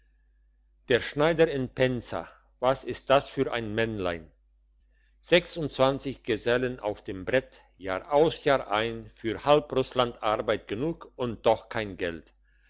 der schneider in pensa was ist das für ein männlein sechsundzwanzig gesellen auf dem brett jahraus jahrein für halb russland arbeit genug und doch kein geld